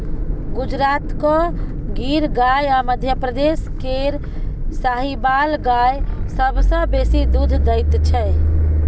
गुजरातक गिर गाय आ मध्यप्रदेश केर साहिबाल गाय सबसँ बेसी दुध दैत छै